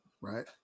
right